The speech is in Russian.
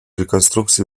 реконструкции